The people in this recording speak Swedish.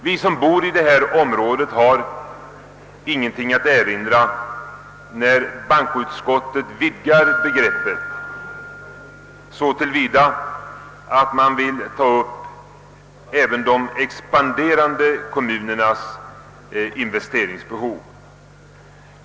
Vi som bor i dessa områden har ingenting att erinra emot att bankoutskottet vidgar begreppet så till vida att man vill ta upp även de expanderande kommunernas investeringsbehov.